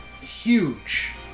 huge